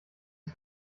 die